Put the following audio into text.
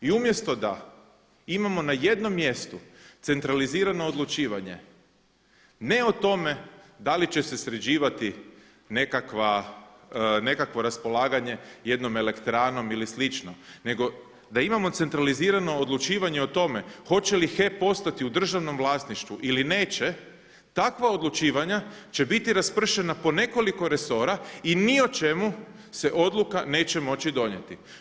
I umjesto da imamo na jednom mjestu centralizirano odlučivanje ne o tome da li će se sređivati nekakvo raspolaganje jednom elektranom ili slično, nego da imamo centralizirano odlučivanje o tome hoće li HEP ostati u državnom vlasništvu ili neće takva odlučivanja će biti raspršena po nekoliko resora i ni o čemu se odluka neće moći donijeti.